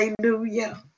Hallelujah